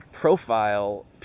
profile